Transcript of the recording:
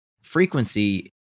frequency